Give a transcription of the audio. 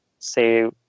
say